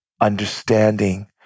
understanding